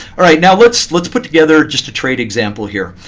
now let's let's put together just a trade example here.